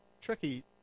tricky